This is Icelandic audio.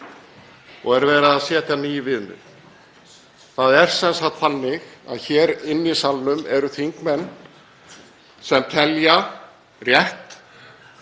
og er verið að setja ný viðmið. Það er sem sagt þannig að hér í salnum eru þingmenn sem telja rétt